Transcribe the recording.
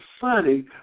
funny